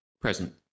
Present